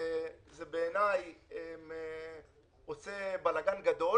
בעיניי זה עושה בלגן גדול